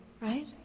right